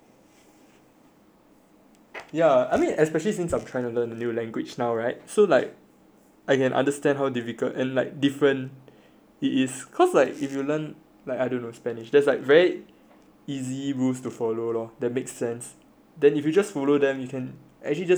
ya I mean especially since I'm trying to learn a new language now [right] so like I can understand how difficult and like different it is cause like if you learn like I don't know spanish there's like very easy rules to follow loh that makes sense then if you just follow them you can actually just say anything you want really